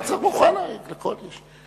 לא צריך מאוחדת, לכל עיר יש.